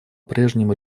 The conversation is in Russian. прежнему